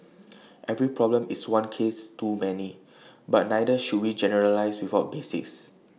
every problem is one case too many but neither should we generalise without basis